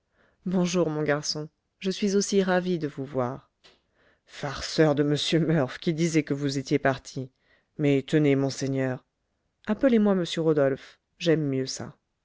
bonjour mon garçon je suis aussi ravi de vous voir farceur de m murph qui disait que vous étiez parti mais tenez monseigneur appelez-moi monsieur rodolphe j'aime mieux ça